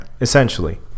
essentially